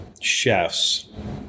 chefs